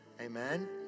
amen